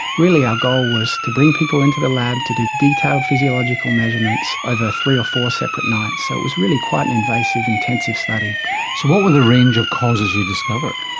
really our goal was to bring people into the lab to do detailed physiological measurements over three or four separate nights, so it was really quite an invasive, intensive study. so what were the range of causes you discovered?